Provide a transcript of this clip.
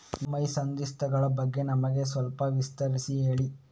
EMI ಸಂಧಿಸ್ತ ಗಳ ಬಗ್ಗೆ ನಮಗೆ ಸ್ವಲ್ಪ ವಿಸ್ತರಿಸಿ ಹೇಳಿ